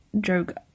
joke